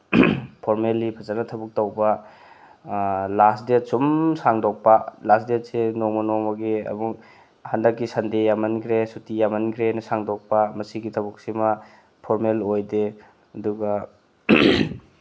formally ꯐꯖꯅ ꯊꯕꯛ ꯇꯧꯕ ꯂꯥꯁ ꯗꯦꯠ ꯁꯨꯝ ꯁꯥꯡꯗꯣꯛꯄ ꯂꯥꯁ ꯗꯦꯠꯁꯦ ꯅꯣꯡꯃ ꯅꯣꯡꯃꯒꯤ ꯑꯃꯨꯛ ꯍꯟꯗꯛꯀꯤ ꯁꯟꯗꯦ ꯌꯥꯃꯟꯈ꯭ꯔꯦ ꯁꯨꯇꯤ ꯌꯥꯃꯟꯈ꯭ꯔꯦꯅ ꯁꯥꯡꯗꯣꯛꯄ ꯃꯁꯤꯒꯤ ꯊꯕꯛꯁꯤꯃ ꯐꯣꯔꯃꯦꯜ ꯑꯣꯏꯗꯦ ꯑꯗꯨꯒ